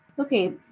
okay